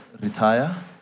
retire